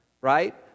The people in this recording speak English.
right